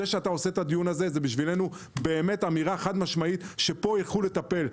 זה שאתה עושה את הדיון הזה זה אמירה באמת חד משמעית שפה ילכו לטפל.